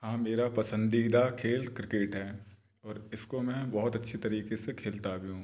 हाँ मेरा पसंदीदा खेल क्रिकेट है और इसको मैं बहुत अच्छी तरीके से खेलता भी हूँ